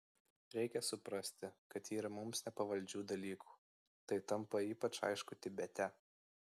reikia suprasti kad yra mums nepavaldžių dalykų tai tampa ypač aišku tibete